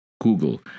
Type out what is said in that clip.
Google